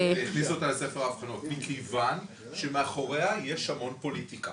הכניסו אותה לספר האבחנות מכיוון שמאחוריה יש המון פוליטיקה.